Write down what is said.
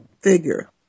figure